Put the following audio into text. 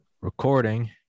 recording